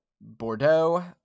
Bordeaux